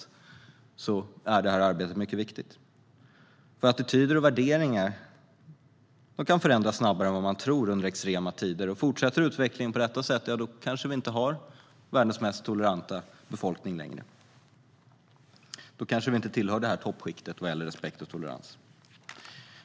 Därför är arbetet mot rasism och hatbrott mycket viktigt. Attityder och värderingar kan förändras snabbare än man tror under extrema tider, och om utvecklingen fortsätter på detta sätt kanske vi inte längre har världens mest toleranta befolkning. Då kanske vi inte tillhör toppskiktet vad gäller respekt och tolerans.